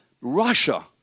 Russia